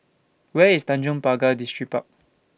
Where IS Tanjong Pagar Distripark